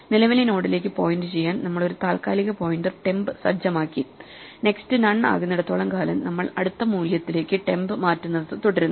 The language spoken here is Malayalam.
നിലവിലെ നോഡിലേക്ക് പോയിന്റുചെയ്യാൻ നമ്മൾ ഒരു താൽക്കാലിക പോയിന്റർ temp സജ്ജമാക്കി നെക്സ്റ്റ് നൺ ആകുന്നിടത്തോളം കാലം നമ്മൾ അടുത്ത മൂല്യത്തിലേക്ക് ടെംപ് മാറ്റുന്നത് തുടരുന്നു